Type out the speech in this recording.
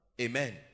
Amen